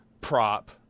prop